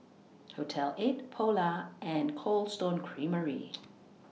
Hotel eighty Polar and Cold Stone Creamery